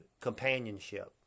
companionship